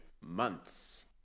months